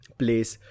place